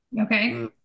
Okay